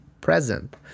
present